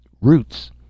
Roots